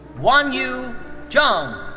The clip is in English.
wanyu zhang.